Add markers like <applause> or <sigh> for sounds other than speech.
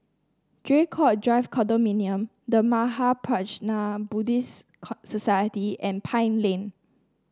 Draycott Drive Condominium The Mahaprajna Buddhist <unintelligible> Society and Pine Lane